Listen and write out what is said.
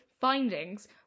findings